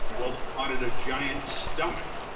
well, they wanted a giant stomach,